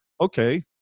Okay